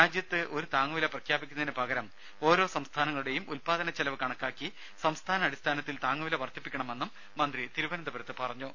രാജ്യത്ത് ഒരു താങ്ങുവില പ്രഖ്യാപിക്കുന്നതിന് പകരം ഓരോ സംസ്ഥാനങ്ങളുടെയും ഉൽപാദന ചെലവ് കണക്കാക്കി സംസ്ഥാനാടിസ്ഥാനത്തിൽ താങ്ങുവില വർധിപ്പിക്കണമെന്നും മന്ത്രി തിരുവനന്തപുരത്ത് ആവശ്യപ്പെട്ടു